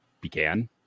began